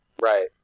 right